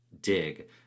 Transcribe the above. dig